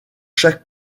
chaque